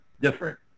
different